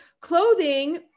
clothing